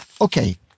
Okay